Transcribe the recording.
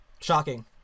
Shocking